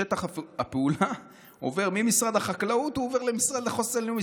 שטח הפעולה עובר ממשרד החקלאות למשרד לחוסן לאומי.